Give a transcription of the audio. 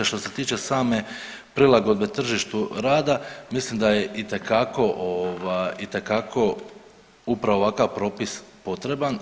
A što se tiče same prilagodbe tržištu rada mislim da je itekako upravo ovakav propis potreban.